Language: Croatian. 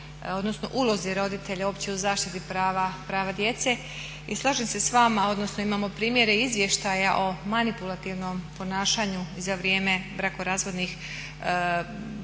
odnosno ulozi roditelja uopće u zaštiti prava djece i slažem se s vama odnosno imamo primjere izvještaja o manipulativnom ponašanju za vrijeme brakorazvodnih procesa